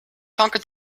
conquer